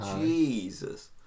Jesus